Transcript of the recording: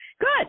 Good